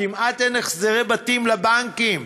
כמעט אין החזרי בתים לבנקים.